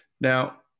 Now